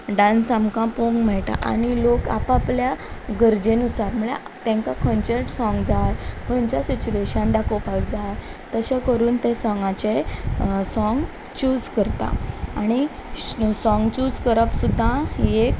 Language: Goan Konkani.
डांस आमकां पळोवंक मेळटा आनी लोक आपआपल्या गरजेनुसार म्हणल्यार तांकां खंयचेंच साँग जाय खंयच्या सिच्युएशन दाखोवपाक जाय तशें करून ते सोंगाचे साँग चूज करता आनी साँग चूज करप सुद्दां ही एक